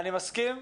אני מסכים.